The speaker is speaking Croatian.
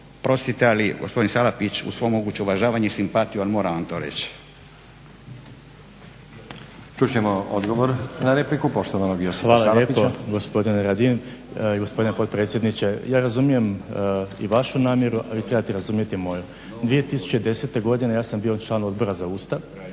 Oprostite gospodin Salapić, ali uz sve moguće uvažavanje i simpatiju moram vam to reći. **Stazić, Nenad (SDP)** Čut ćemo odgovor na repliku poštovanog Josipa Salapić. **Salapić, Josip (HDSSB)** Hvala lijepo gospodine Radin i gospodine potpredsjedniče. Ja razumijem i vašu namjeru, a vi trebate razumjeti moju. 2010. godine ja sam bio član Odbor za Ustav